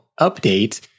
update